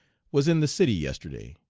was in the city yesterday.